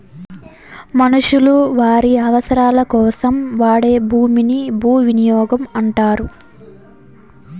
మనుషులు వారి అవసరాలకోసం వాడే భూమిని భూవినియోగం అంటారు